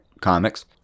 comics